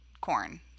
corn